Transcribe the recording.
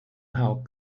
how